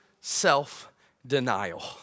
self-denial